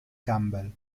campbell